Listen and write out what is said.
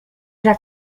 era